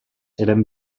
eren